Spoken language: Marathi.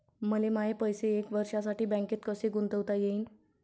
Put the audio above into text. मले माये पैसे एक वर्षासाठी बँकेत कसे गुंतवता येईन?